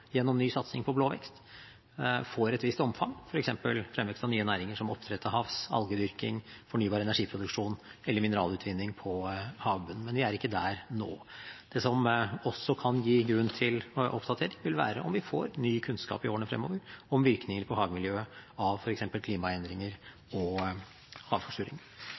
gjennom ny satsing på blå vekst, får et visst omfang, f.eks. fremvekst av nye næringer som oppdrett til havs, algedyrking, fornybar energiproduksjon eller mineralutvinning på havbunnen. Men vi er ikke der nå. Det som også kan gi grunn til oppdatering, vil være om vi får ny kunnskap i årene fremover om virkninger på havmiljøet av f.eks. klimaendringer og havforsuring.